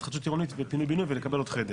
בינוי או התחדשות עירונית ולקבל מקסימום עוד חדר.